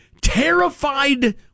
terrified